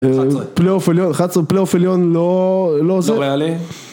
פלייאוף עליון,11, פלייאוף עליון, לא, לא זה, לא ריאלי